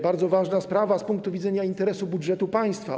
Bardzo ważna sprawa z punktu widzenia interesu budżetu państwa.